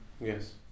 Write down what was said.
Yes